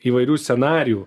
įvairių scenarijų